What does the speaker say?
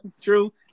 true